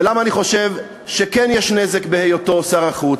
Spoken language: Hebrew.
ולמה אני חושב שכן יש נזק בהיותו שר החוץ,